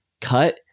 cut